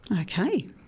Okay